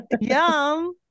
Yum